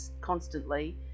constantly